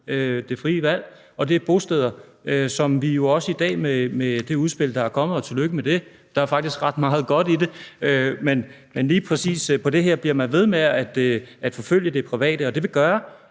det frie valg. Og det er bosteder, som jo også er omfattet af det udspil, der er kommet i dag – og tillykke med det, for der er faktisk ret meget godt i det, men lige præcis på det her område bliver ved med at forfølge det private, og det vil gøre,